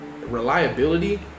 Reliability